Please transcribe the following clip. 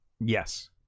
Yes